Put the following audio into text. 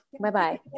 bye-bye